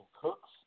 Cooks